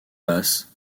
basse